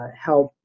help